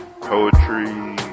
poetry